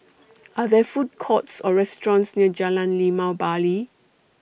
Are There Food Courts Or restaurants near Jalan Limau Bali